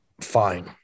fine